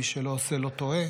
מי שלא עושה לא טועה.